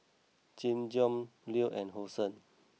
Nin Jiom Leo and Hosen